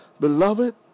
Beloved